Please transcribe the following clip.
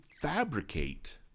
fabricate